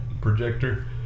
projector